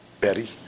Betty